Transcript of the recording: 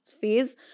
phase